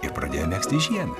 ir pradėjo megzti žiedą